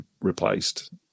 replaced